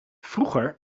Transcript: vroeger